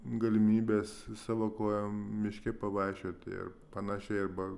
galimybės savo kojom miške pavaikščioti ir panašiai arba